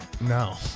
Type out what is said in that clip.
No